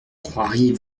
croiriez